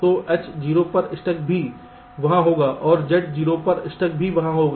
तो H 0 पर stuck भी वहां होगा और Z 0 पर स्टक भी वहां होगा